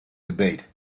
debate